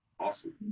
Awesome